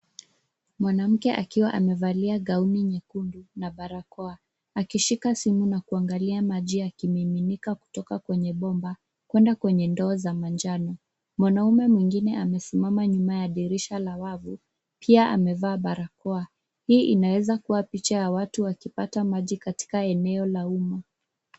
Mwanamke akiwa amevalia gauni nyekundu na barakoa akishika simu na kuangalia maji ya kimiminika kutoka kwenye bomba kwenda kwenye ndoo za manjano. Mwanamume mwingine amesimama nyuma ya dirisha la wabu, pia amevaa barakoa. Hii inaweza kuwa picha ya watu wakipata maji katika eneo la umma.